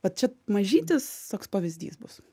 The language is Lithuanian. va čia mažytis toks pavyzdys bus